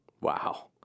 Wow